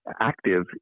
active